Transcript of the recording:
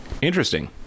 interesting